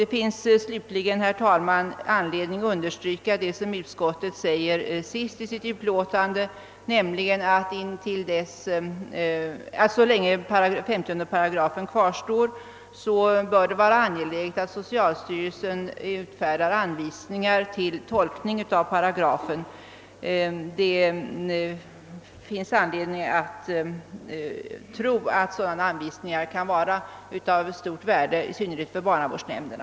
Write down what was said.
Det finns slutligen, herr talman, anledning understryka vad utskottet skrivit sist i utlåtandet, nämligen att det, så länge 50 § kvarstår, bör vara angeläget att socialstyrelsen utfärdar anvisningar till tolkning av paragrafen. Sådana anvisningar kan vara av stort värde i synnerhet för barnavårdsnämmnderna.